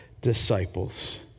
disciples